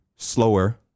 slower